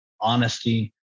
honesty